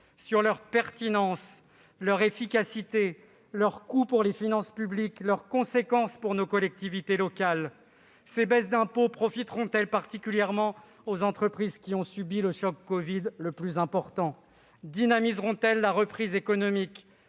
sur leur pertinence, leur efficacité, leur coût pour les finances publiques et leurs conséquences pour nos collectivités locales. Ces baisses d'impôts profiteront-elles particulièrement aux entreprises qui ont subi le choc le plus important du fait de la crise sanitaire ?